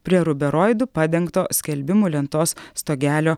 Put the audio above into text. prie ruberoidu padengto skelbimų lentos stogelio